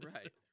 Right